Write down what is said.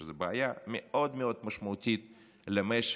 שזו בעיה מאוד מאוד משמעותית למשק,